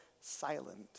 silent